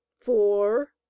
four